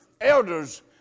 elders